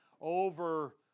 over